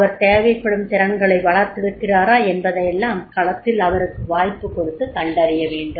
அவர் தேவைப்படும் திறன்களை வளர்த்திருக்கிறாரா என்பதையெல்லாம் களத்தில் அவருக்கு வாய்ப்பு கொடுத்து கண்டறியவேண்டும்